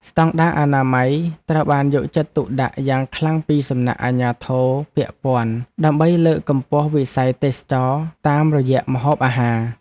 ស្តង់ដារអនាម័យត្រូវបានយកចិត្តទុកដាក់យ៉ាងខ្លាំងពីសំណាក់អាជ្ញាធរពាក់ព័ន្ធ ដើម្បីលើកកម្ពស់វិស័យទេសចរណ៍តាមរយៈម្ហូបអាហារ។